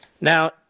Now